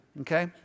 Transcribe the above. okay